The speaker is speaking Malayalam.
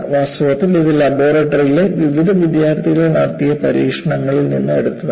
വാസ്തവത്തിൽ ഇത് ലബോറട്ടറിയിലെ വിവിധ വിദ്യാർത്ഥികൾ നടത്തിയ പരീക്ഷണങ്ങളിൽ നിന്ന് എടുത്തതാണ്